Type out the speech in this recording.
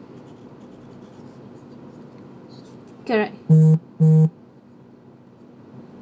correct